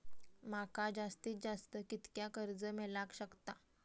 माका जास्तीत जास्त कितक्या कर्ज मेलाक शकता?